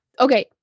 Okay